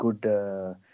good